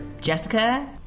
Jessica